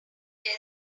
this